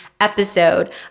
episode